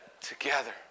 together